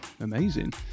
amazing